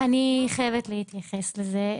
אני חייבת להתייחס לזה.